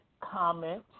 comment